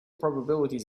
probabilities